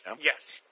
yes